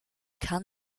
kann